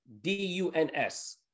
D-U-N-S